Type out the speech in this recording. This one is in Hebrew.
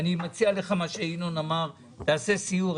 ואני מציע לך מה שינון אמר תעשה סיור,